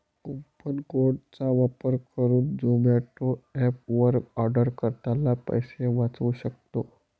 coupon code चा वापर करुन झोमाटो एप वर आर्डर करतांना पैसे वाचउ सक्तो